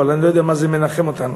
אבל אני לא יודע מה זה מנחם אותנו.